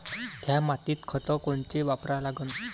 थ्या मातीत खतं कोनचे वापरा लागन?